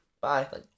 Bye